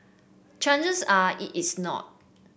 chances are it is not